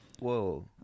Whoa